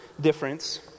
difference